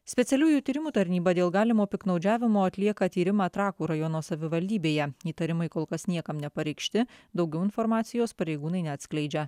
specialiųjų tyrimų tarnyba dėl galimo piktnaudžiavimo atlieka tyrimą trakų rajono savivaldybėje įtarimai kol kas niekam nepareikšti daugiau informacijos pareigūnai neatskleidžia